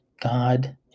God